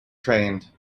trained